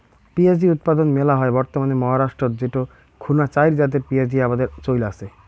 পিঁয়াজী উৎপাদন মেলা হয় বর্তমানে মহারাষ্ট্রত যেটো খুনা চাইর জাতের পিয়াঁজী আবাদের চইল আচে